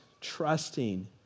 trusting